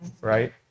right